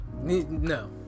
No